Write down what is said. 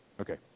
Okay